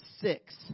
six